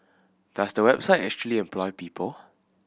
does the website actually employ people